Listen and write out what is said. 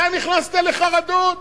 אתה נכנסת לחרדות: